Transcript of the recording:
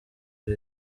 iri